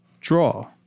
draw